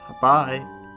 Bye